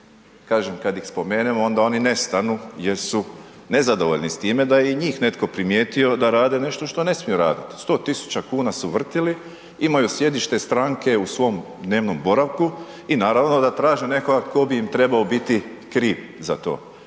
Kažem kad ih spomenemo, onda oni nestanu jer su nezadovoljni s time da je i njih netko primijetio da rade nešto što ne smiju raditi, 100 000 kn su vrtili, imaju sjedište stranke u svom dnevnom boravku i naravno da traže nekoga tko bi im trebao biti kriv za to.